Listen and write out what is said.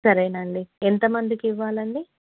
సరేనండి ఎంత మందికి ఇవ్వాలండి